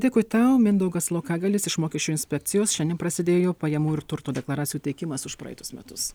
dėkui tau mindaugas laukagalis iš mokesčių inspekcijos šiandien prasidėjo pajamų ir turto deklaracijų teikimas už praeitus metus